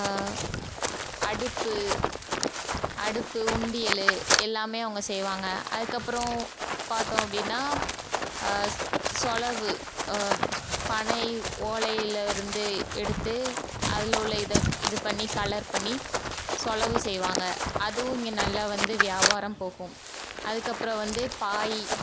அடுப்பு அடுப்பு உண்டியல் எல்லாமே அவங்க செய்வாங்க அதுக்கப்புறம் பார்த்தோம் அப்படின்னா சொளவு பனை ஓலையிலேருந்தே எடுத்து அதில் உள்ள இதை இது பண்ணி கலர் பண்ணி சொளவு செய்வாங்க அதுவும் இங்கே நல்லா வந்து வியாபாரம் போகும் அதுக்கப்புறம் வந்து பாய்